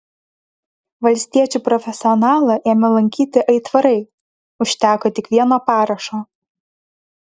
valstiečių profesionalą ėmė lankyti aitvarai užteko tik vieno parašo